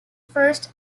first